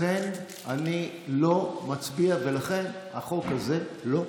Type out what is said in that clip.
ולכן אני לא מצביע ולכן החוק הזה לא עבר.